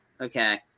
okay